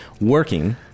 working